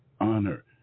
honor